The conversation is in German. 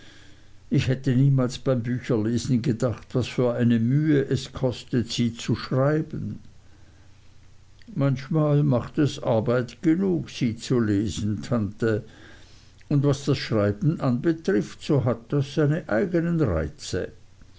ich hätte niemals beim bücherlesen gedacht was für eine mühe es kostet sie zu schreiben manchmal macht es arbeit genug sie zu lesen tante und was das schreiben anbetrifft so hat das seine eignen reize